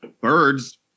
birds